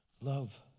love